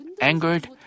angered